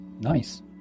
nice